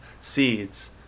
seeds